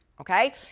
okay